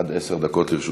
עד עשר דקות לרשותך.